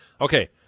Okay